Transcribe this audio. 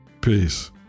Peace